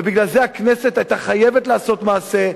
ובגלל זה הכנסת היתה חייבת לעשות מעשה,